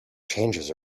changes